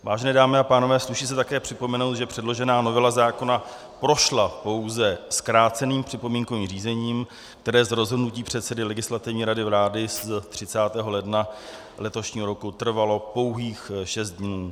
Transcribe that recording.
Vážené dámy a pánové, sluší se také připomenout, že předložená novela zákona prošla pouze zkráceným připomínkovým řízením, které z rozhodnutí předsedy Legislativní rady vlády z 30. ledna letošního roku trvalo pouhých šest dnů.